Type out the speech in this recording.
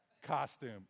costume